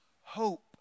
hope